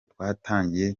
twatangiye